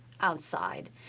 outside